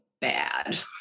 bad